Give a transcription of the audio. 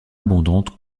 abondante